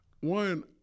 One